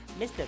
Mr